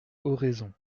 oraison